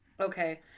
Okay